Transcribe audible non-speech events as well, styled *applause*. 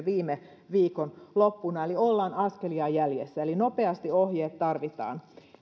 *unintelligible* viime viikonloppuna eli ollaan askelia jäljessä eli nopeasti ohjeet tarvitaan